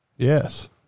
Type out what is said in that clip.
Yes